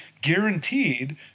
guaranteed